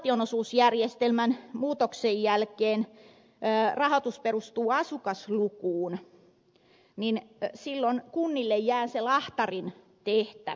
kun valtionosuusjärjestelmän muutoksen jälkeen rahoitus perustuu asukaslukuun niin silloin kunnille jää se lahtarin tehtävä